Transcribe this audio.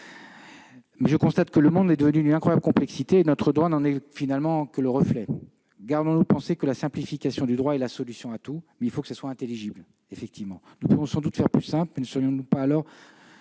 je constate que le monde est devenu d'une incroyable complexité, et notre droit n'en est finalement que le reflet. Gardons-nous de penser que la simplification du droit est la solution à tout, même s'il doit rester intelligible. Nous pouvons sans doute faire plus simple, mais nous risquons alors